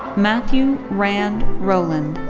matthew rand rowland.